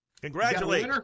congratulate